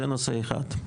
זה נושא אחד.